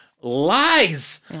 Lies